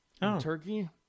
turkey